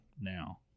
now